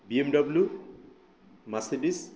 B M W Mercedes